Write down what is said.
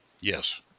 Yes